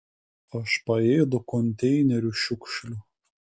aš paėdu konteinerių šiukšlių